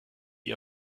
die